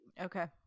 Okay